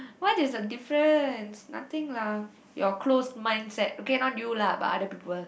what is a difference nothing lah your clothes mindset okay not you lah but other people